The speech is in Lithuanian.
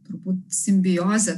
turbūt simbiozė